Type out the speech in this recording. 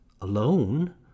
alone